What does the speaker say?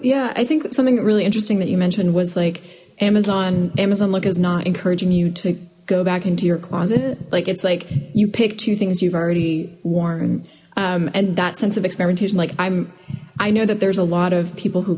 yeah i think it's something really interesting that you mentioned was like amazon amazon look is not encouraging you to go back into your closet like it's like you pick two things you've already worn and that sense of experimentation like i'm i know that there's a lot of people who